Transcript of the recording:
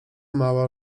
mała